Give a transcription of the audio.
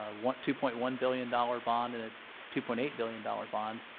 ah one two point one billion dollars bond and a two point eight billion dollars bond,